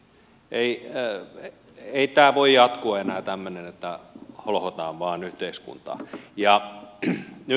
ei tämä tämmöinen voi jatkua enää että holhotaan vain yhteiskuntaa